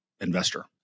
investor